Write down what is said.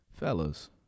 Fellas